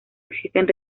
existen